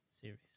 series